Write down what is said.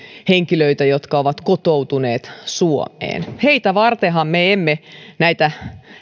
henkilöitä jotka ovat kotoutuneet suomeen heitä vartenhan me emme näitä